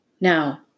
Now